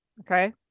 Okay